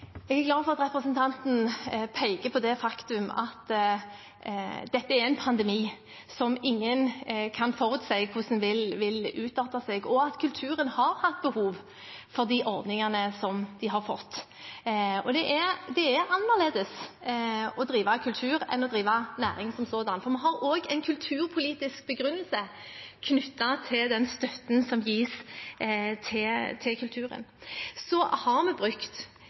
pandemi, som ingen kan forutsi hvordan vil utarte, og at kulturen har hatt behov for de ordningene den har fått. Det er annerledes å drive kultur enn å drive næring som sådan. Vi har også en kulturpolitisk begrunnelse knyttet til den støtten som gis til kulturen. Så har vi brukt